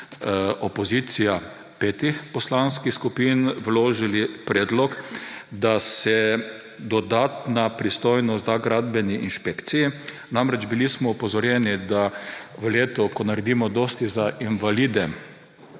opozicija petih poslanskih skupin vložili predlog, da se dodatna pristojnost da gradbeni inšpekciji. Bili smo namreč opozorjeni, da v letu, ko naredimo dosti za invalide,